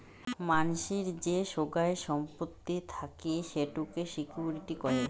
মানসির যে সোগায় সম্পত্তি থাকি সেটোকে সিকিউরিটি কহে